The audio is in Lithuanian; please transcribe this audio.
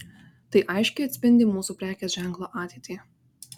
tai aiškiai atspindi mūsų prekės ženklo ateitį